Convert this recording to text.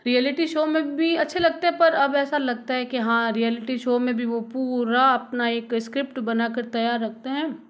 reality show में भी अच्छे लगते पर अब ऐसा लगता है कि हाँ रियलिटी शो में भी वो पूरा अपना एक स्क्रिप्ट बना कर तैयार रखते हैं